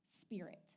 Spirit